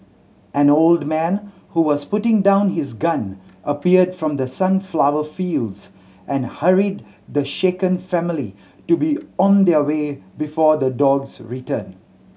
an old man who was putting down his gun appeared from the sunflower fields and hurried the shaken family to be on their way before the dogs return